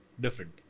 different